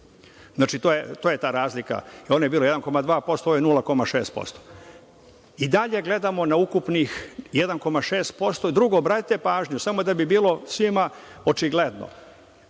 Znači, to je ta razlika, ona je bila 1,2%, ovo je 0,6%. I dalje gledamo na ukupnih 1,6%.Drugo, obratite pažnju, samo da bi bilo svima očigledno,